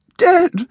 dead